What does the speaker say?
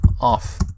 off